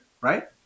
right